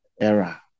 era